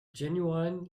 genuine